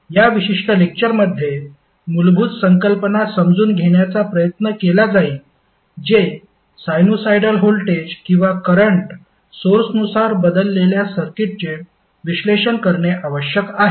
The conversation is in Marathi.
या विशिष्ट लेक्चरमध्ये मूलभूत संकल्पना समजून घेण्याचा प्रयत्न केला जाईल जे साइनुसॉईडल व्होल्टेज किंवा करंट सोर्सनुसार बदललेल्या सर्किटचे विश्लेषण करणे आवश्यक आहे